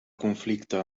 conflicte